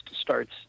starts